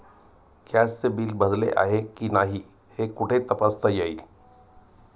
गॅसचे बिल भरले आहे की नाही हे कुठे तपासता येईल?